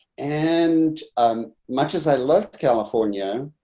and much as i left california.